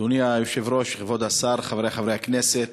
אדוני היושב-ראש, כבוד השר, חברי חברי הכנסת,